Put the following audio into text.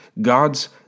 God's